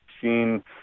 seen